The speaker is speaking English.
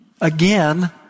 Again